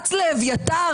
רץ לאביתר